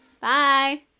Bye